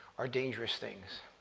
are dangerous things.